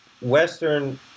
Western